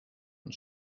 und